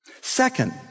Second